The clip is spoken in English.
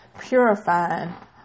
purifying